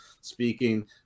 speaking